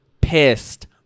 Pissed